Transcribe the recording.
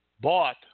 bought